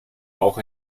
auch